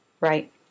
Right